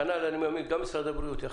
כנ"ל גם משרד הבריאות,